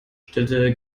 stellte